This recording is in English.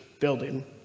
building